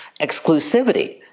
exclusivity